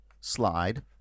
slide